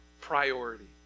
priority